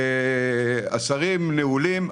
השרים נעולים.